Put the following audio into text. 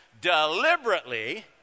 deliberately